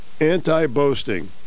Anti-boasting